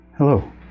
Hello